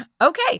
Okay